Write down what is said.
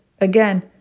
Again